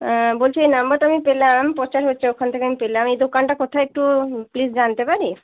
বলছি এই নম্বরটা আমি পেলাম প্রচার হচ্ছে ওখান থেকে আমি পেলাম এই দোকানটা কোথায় একটু প্লিজ জানতে পারি